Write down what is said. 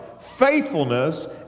faithfulness